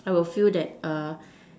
I will feel that